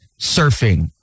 surfing